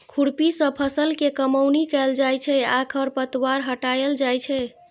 खुरपी सं फसल के कमौनी कैल जाइ छै आ खरपतवार हटाएल जाइ छै